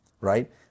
right